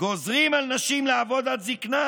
גוזרים על נשים לעבוד עד זקנה,